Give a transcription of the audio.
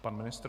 Pan ministr.